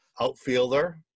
outfielder